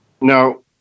No